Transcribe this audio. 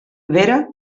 vera